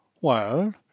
Well